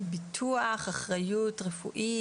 ביטוח אחריות רפואית.